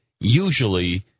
usually